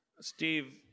Steve